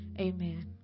amen